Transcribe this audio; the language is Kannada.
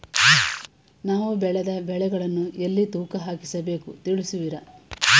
ನಾವು ಬೆಳೆದ ಬೆಳೆಗಳನ್ನು ಎಲ್ಲಿ ತೂಕ ಹಾಕಿಸ ಬೇಕು ತಿಳಿಸುವಿರಾ?